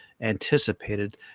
anticipated